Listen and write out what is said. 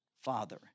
father